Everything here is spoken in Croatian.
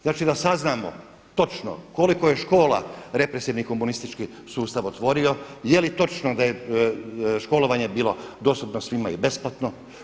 Znači da saznamo koliko je škola represivni, komunistički sustav otvorio, je li točno da je školovanje bilo dostupno svima i besplatno?